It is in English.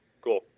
cool